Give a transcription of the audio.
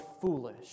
foolish